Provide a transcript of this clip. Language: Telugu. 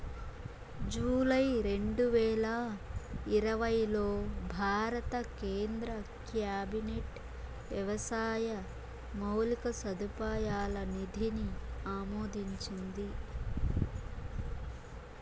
జూలై రెండువేల ఇరవైలో భారత కేంద్ర క్యాబినెట్ వ్యవసాయ మౌలిక సదుపాయాల నిధిని ఆమోదించింది